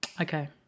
Okay